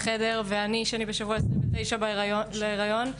ואני שבשבוע 29 להיריון,